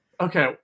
Okay